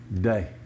day